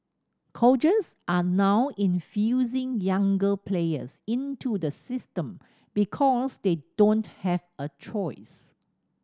coaches are now infusing younger players into the system because they don't have a choice